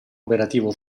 operativo